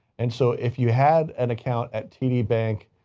and so if you had an account at td bank,